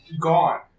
gone